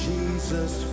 Jesus